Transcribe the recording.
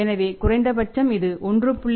எனவே குறைந்தபட்சம் இது 1